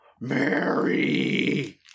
Mary